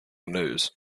news